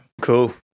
cool